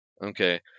Okay